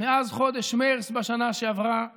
מאז חודש מרץ בשנה שעברה למניינם.